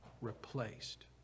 replaced